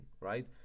right